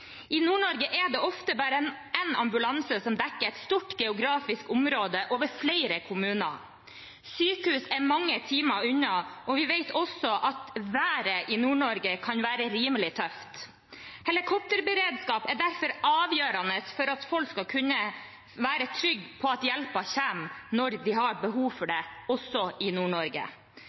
I Nord-Norge er det ofte bare én ambulanse som dekker et stort geografisk område over flere kommuner. Sykehus er mange timer unna, og vi vet også at været i Nord-Norge kan være rimelig tøft. Helikopterberedskap er derfor avgjørende for at folk skal kunne være trygge på at hjelpen kommer når de har behov for det, også i